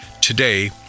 today—